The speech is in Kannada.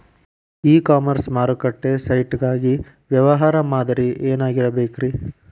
ಇ ಕಾಮರ್ಸ್ ಮಾರುಕಟ್ಟೆ ಸೈಟ್ ಗಾಗಿ ವ್ಯವಹಾರ ಮಾದರಿ ಏನಾಗಿರಬೇಕ್ರಿ?